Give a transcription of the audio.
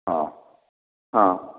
ହଁ ହଁ